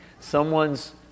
Someone's